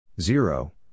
Zero